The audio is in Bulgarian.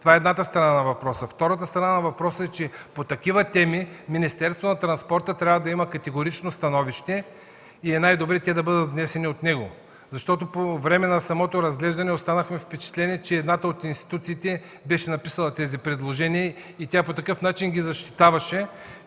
Това е едната страна на въпроса. Втората страна на въпроса е, че по такива теми Министерството на транспорта трябва да има категорично становище и е най-добре да бъдат внесени от него. По време на самото разглеждане останахме с впечатлението, че едната от институциите беше написала тези предложения, по такъв начин ги защитаваше.